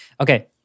Okay